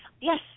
Yes